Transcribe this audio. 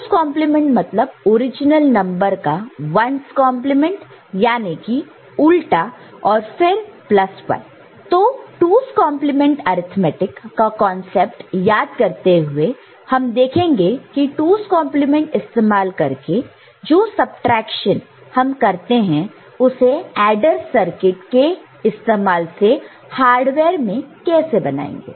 2's complement 2's complement मतलब original number का 1's complement 1's compement याने की उल्टा और फिर प्लस 1 तो 2's complement arithmetic 2's complement arithmetic का कांसेप्ट याद करते हुए हम देखेंगे कि 2's कंपलीमेंट 2's complement इस्तेमाल करके जो सबट्रैक्शन हम करते हैं उसे एडर सर्किट के इस्तेमाल से हार्डवेयर में कैसे बनाएंगे